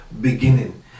beginning